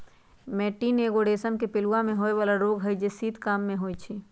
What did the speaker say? मैटीन एगो रेशम के पिलूआ में होय बला रोग हई जे शीत काममे होइ छइ